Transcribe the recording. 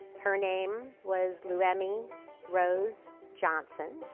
her name was louemi rose johnson.